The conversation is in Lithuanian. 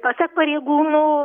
pasak pareigūnų